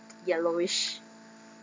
yellowish